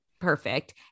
Perfect